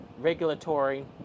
Regulatory